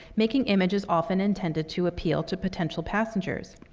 making images often intended to appeal to potential passengers.